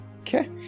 okay